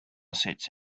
sits